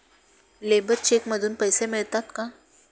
Labour cheque मधून पैसे मिळतात का?